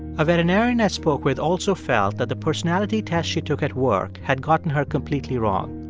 a veterinarian i spoke with also felt that the personality test she took at work had gotten her completely wrong.